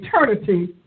eternity